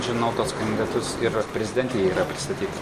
žinau tuos kandidatus ir prezidentei jie yra pristatyti